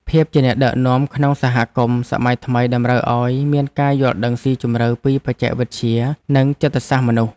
ភាពជាអ្នកដឹកនាំក្នុងសហគមន៍សម័យថ្មីតម្រូវឱ្យមានការយល់ដឹងស៊ីជម្រៅពីបច្ចេកវិទ្យានិងចិត្តសាស្ត្រមនុស្ស។